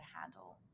handle